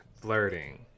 flirting